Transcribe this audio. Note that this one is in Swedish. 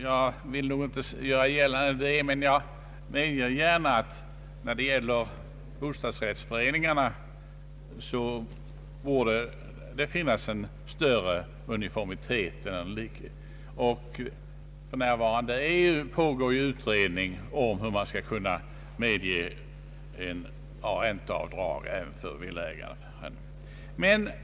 Jag vill inte göra gällande att så är fallet, men jag medger att när det gäller bostadsrättsföreningarna borde det finnas en större uniformitet. För närvarande pågår en utredning om hur ränteavdrag skall kunna medges även för bostadsrättshavare.